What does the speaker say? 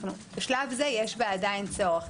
בשלב זה יש בה עדיין צורך.